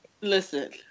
Listen